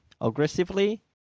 aggressively